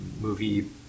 movie